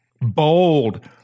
bold